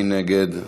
מי נגד?